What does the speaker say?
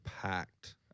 packed